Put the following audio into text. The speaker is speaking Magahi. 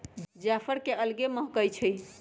जाफर के अलगे महकइ छइ